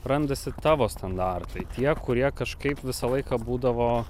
randasi tavo standartai tie kurie kažkaip visą laiką būdavo